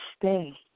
Stay